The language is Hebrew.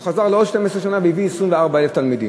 אז הוא חזר לעוד 12 שנה והביא 24,000 תלמידים.